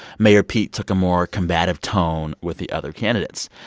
mayor pete took a more combative tone with the other candidates.